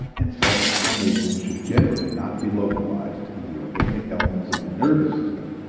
and psychic formations should generally not be localized in the organic elements of the nervous system,